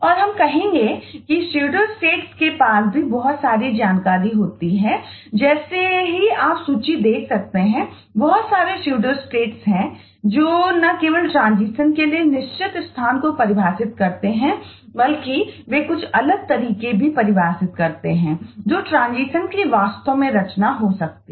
और हम कहेंगे कि psuedostates के पास भी भी बहुत सारी जानकारी होती है और जैसे ही आप सूची देख सकते हैं बहुत सारे pseudostates हैं जो न केवल ट्रांजीशन की वास्तव में रचना हो सकती है